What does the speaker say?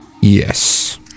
yes